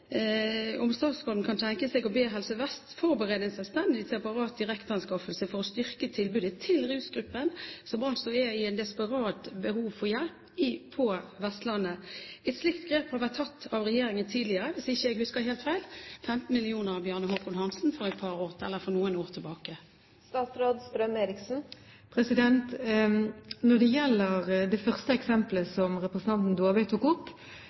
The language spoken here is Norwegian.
om statsråden kan tenke seg å be Helse Vest foreberede en selvstendig, separat direkteanskaffelse for å styrke tilbudet til rusgruppen, som på Vestlandet altså er i et desperat behov for hjelp. Et slikt grep har vært tatt av regjeringen tidligere, hvis jeg ikke husker helt feil – 15 mill. kr fra Bjarne Håkon Hanssen for noen år tilbake. Når det gjelder det første eksempelet som representanten Dåvøy tok opp,